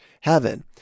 heaven